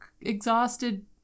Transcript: exhausted